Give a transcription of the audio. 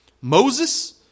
Moses